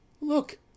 Look